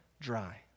dry